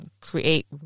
create